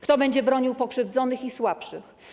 Kto będzie bronił pokrzywdzonych i słabszych?